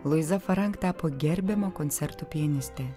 luiza farank tapo gerbiama koncertų pianistė